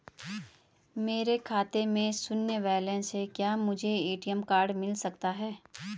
मेरे खाते में शून्य बैलेंस है क्या मुझे ए.टी.एम कार्ड मिल सकता है?